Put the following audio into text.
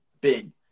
big